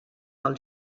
del